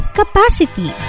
capacity